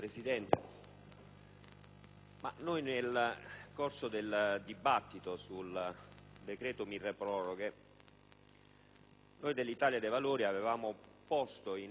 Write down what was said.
nel corso del dibattito sul decreto milleproroghe noi dell'Italia dei Valori avevamo posto in evidenza